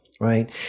right